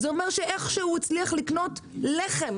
זה אומר שאיך שהוא הוא הצליח לקנות לחם,